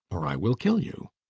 or i will kill you.